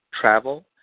travel